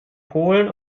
polen